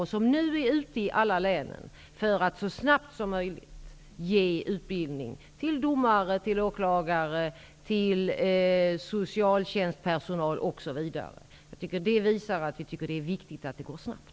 De är nu ute i alla länen för att så snabbt som möjligt ge utbildning till domare, åklagare, socialtjänstpersonal osv. Det visar att vi tycker att det är viktigt att det går snabbt.